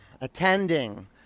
attending